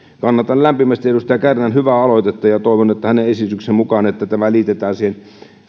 kannatan lämpimästi edustaja kärnän hyvää aloitetta ja toivon hänen esityksensä mukaan että tämä liitetään siihen